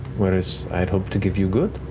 whereas i had hoped to give you good.